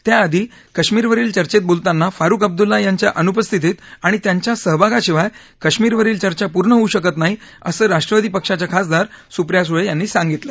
त्याआधी कश्मीरवरील चर्चेत बोलताना फारूख अब्दुल्ला यांच्या अनुपस्थितीत आणि त्यांच्या सहभागाशिवाय कश्मीर वरील चर्चा पूर्ण होऊ शकत नाही असं राष्ट्रवादी पक्षाच्या खासदार सुप्रिया सुळे यांनी सांगितलं